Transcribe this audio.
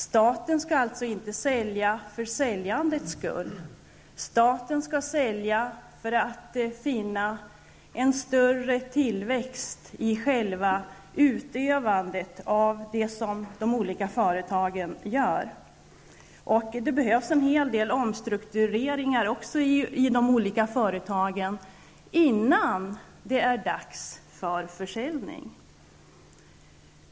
Staten skall alltså inte sälja för säljandets skull. Staten skall sälja för att åstadkomma en större tillväxt i de olika företagen. Det behövs en hel del omstruktureringar i de olika företagen innan det är dags för försäljning.